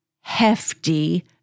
hefty